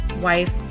wife